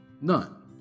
none